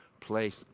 place